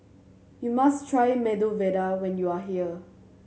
you must try Medu Vada when you are here